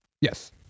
Yes